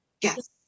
yes